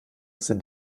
sind